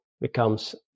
becomes